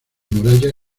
muralla